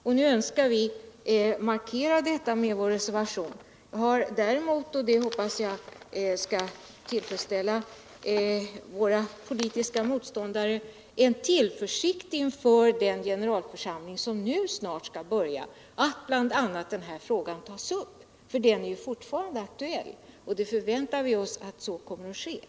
Och nu önskar vi markera detta med vår reservation. Vi har däremot — och det hoppas jag skall tillfredsställa våra politiska motståndare — en tillförsikt inför den generalförsamling som nu snart skall börja. Och eftersom den här frågan fortfarande är aktuell förväntar vi oss att den kommer att tas upp.